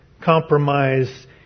compromise